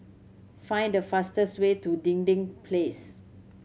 find the fastest way to Dinding Place